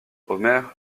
omer